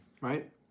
right